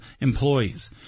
employees